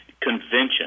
convention